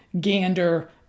gander